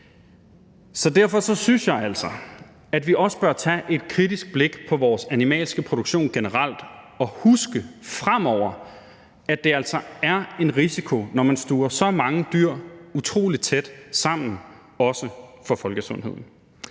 Så derfor synes jeg altså, at vi også bør tage et kritisk blik på vores animalske produktion generelt og huske fremover, at det er en risiko, når man stuver så mange dyr utrolig tæt sammen – også for folkesundheden.